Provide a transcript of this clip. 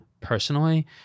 personally